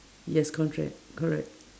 yes contract correct